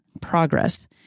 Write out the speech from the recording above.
progress